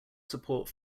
support